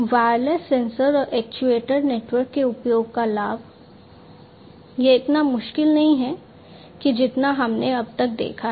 wireless sensor और actuator network के उपयोग का लाभ यह इतना मुश्किल नहीं है जितना हमने अब तक देखा है